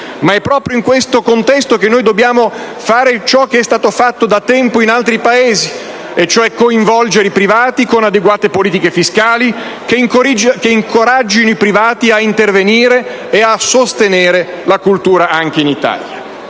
ma è proprio in tale contesto che dobbiamo fare ciò che è stato fatto da tempo in altri Paesi e cioè coinvolgere i privati con adeguate politiche fiscali che li incoraggino a intervenire e a sostenere la cultura anche in Italia.